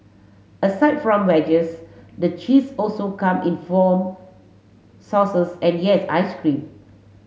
aside from wedges the cheese also come in foam sauces and yes ice cream